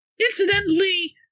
incidentally